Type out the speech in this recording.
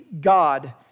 God